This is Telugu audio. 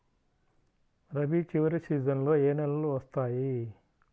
రబీ చివరి సీజన్లో ఏ నెలలు వస్తాయి?